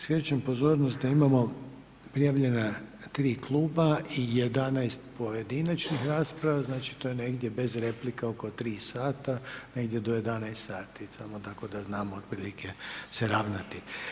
Skrećem pozornost, da imamo prijavljena 3 kluba i 11 pojedinačnih rasprava, znači to je negdje bez replika oko 3 sati, negdje do 11 sati, samo tako da znamo otprilike se ravnati.